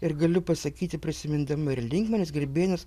ir galiu pasakyti prisimindama ir linkmenis grybėnus